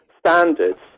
Standards